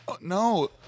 No